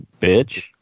bitch